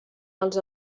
els